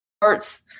parts